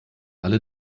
alle